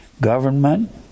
Government